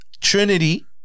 Trinity